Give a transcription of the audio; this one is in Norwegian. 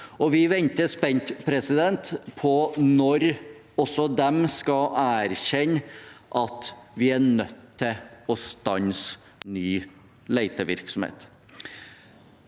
vi venter spent på når også de skal erkjenne at vi er nødt til å stanse ny letevirksomhet.